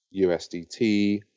USDT